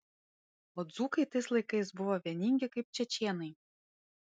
o dzūkai tais laikais buvo vieningi kaip čečėnai